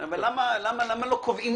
למה לא קובעים